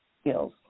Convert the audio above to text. skills